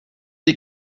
die